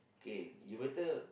okay you better